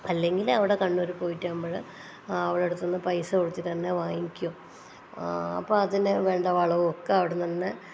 അല്ലെങ്കിൽ അവിടെ കണ്ണൂർ പോയിട്ട് ആവുമ്പോൾ അവളുടെ അടുത്തുനിന്ന് പൈസ കൊടുത്തിട്ടുതന്നെ വാങ്ങിക്കും അപ്പോൾ അതിന് വേണ്ട വളവും ഒക്കെ അവിടെനിന്നുതന്നെ